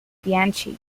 bianchi